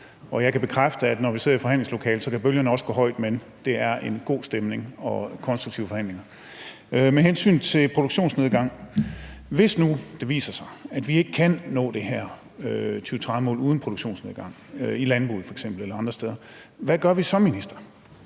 jeg kan bekræfte, at når vi sidder i forhandlingslokalet, kan bølgerne også gå højt, men der er god stemning og konstruktive forhandlinger. Med hensyn til produktionsnedgang: Hvis nu det viser sig, at vi ikke kan nå det her 2030-mål uden produktionsnedgang i landbruget eller andre steder, hvad gør vi så, minister?